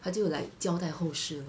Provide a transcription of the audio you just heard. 她就 like 交待后事 lor